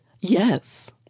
Yes